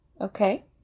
Okay